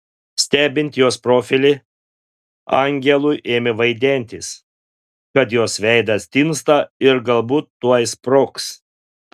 stebint jos profilį angelui ėmė vaidentis kad jos veidas tinsta ir galbūt tuoj sprogs